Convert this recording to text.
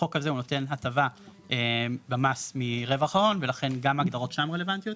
החוק הזה הוא נותן הטבה במס מרווח ההון ולכן גם ההגדרות שם רלוונטיות,